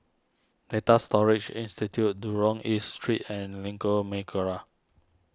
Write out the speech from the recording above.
Data Storage Institute Jurong East Street and Lengkok